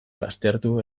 baztertu